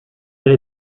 elle